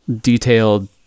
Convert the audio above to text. detailed